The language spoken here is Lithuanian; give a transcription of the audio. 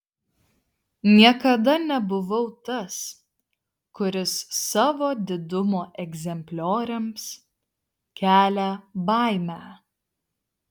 niekada nebuvau tas kuris savo didumo egzemplioriams kelia baimę